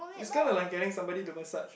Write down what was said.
it's kinda like getting somebody to massage you